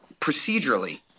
procedurally